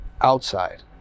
outside